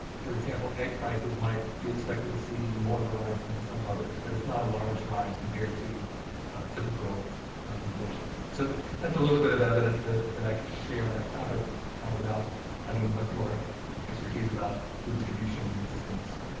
for example, egg prices might be expected to see more of a rise than some others but it's not a large rise compared to typical inflation. so that's a little bit of evidence that that i could share on that topic without having much more expertise about food distribution systems.